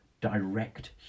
direct